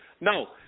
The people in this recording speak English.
No